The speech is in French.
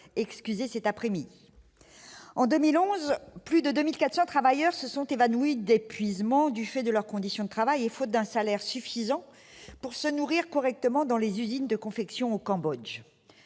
Encore une Lorraine ! En 2011, plus de 2 400 travailleurs se sont évanouis d'épuisement du fait de leurs conditions de travail et faute d'un salaire suffisant pour se nourrir correctement dans les usines de confection au Cambodge.